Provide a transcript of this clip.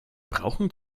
brauchen